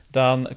dan